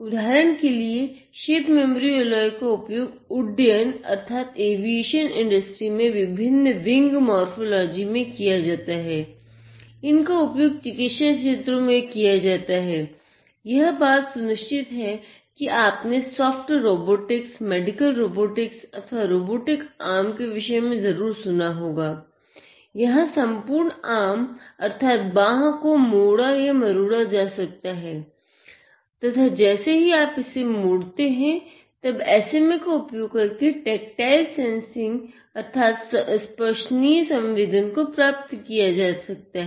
उदाहरन के लिए शेप मेमोरी एलाय का उपयोग उड्डयन उद्योग अर्थात स्पर्शनीय संवेदन को प्राप्त किया जा सकता है